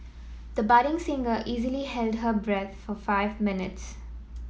the budding singer easily held her breath for five minutes